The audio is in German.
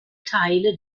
teile